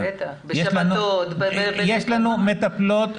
יש לנו מטפלות,